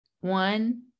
one